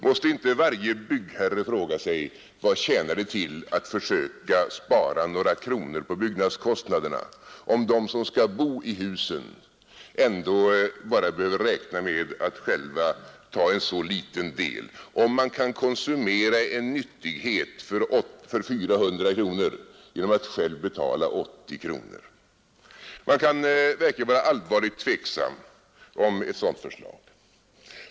Måste inte varje byggherre fråga sig: Vad tjänar det till att försöka spara några kronor på byggnadskostnaderna, om de som skall bo i husen ändå bara behöver räkna med att själva bära en så liten del av kostnaden, om man kan konsumera en nyttighet för 400 kronor genom att själv betala 80 kronor? Man kan verkligen vara allvarligt tveksam om ett sådant förslag.